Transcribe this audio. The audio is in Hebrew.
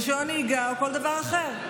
רישיון נהיגה או כל דבר אחר.